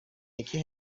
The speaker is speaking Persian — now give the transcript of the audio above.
یکی